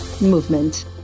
movement